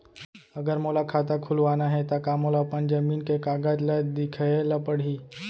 अगर मोला खाता खुलवाना हे त का मोला अपन जमीन के कागज ला दिखएल पढही?